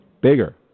bigger